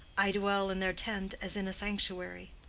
i dwell in their tent as in a sanctuary.